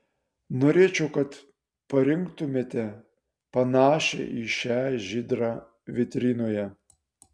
norėčiau kad parinktumėte panašią į šią žydrą vitrinoje